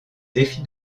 défi